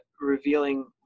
revealing